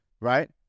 Right